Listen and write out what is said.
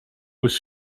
was